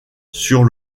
sur